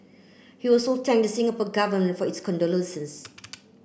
he also thank Singapore Government for its condolences